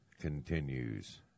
continues